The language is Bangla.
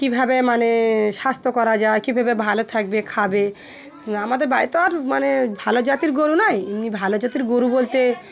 কীভাবে মানে স্বাস্থ্য করা যায় কীভাবে ভালো থাকবে খাবে আমাদের বাড়িতে আর মানে ভালো জাতির গরু নয় এমনি ভালো জাতির গরু বলতে